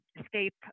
escape